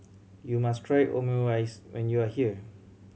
you must try Omurice when you are here